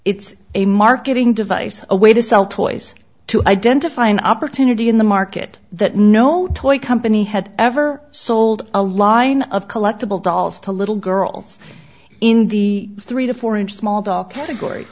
it's a marketing device a way to sell toys to identify an opportunity in the market that no toy company had ever sold a lot of collectible dolls to little girls in the three to four inch small doll category